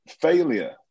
Failure